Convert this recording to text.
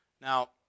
Now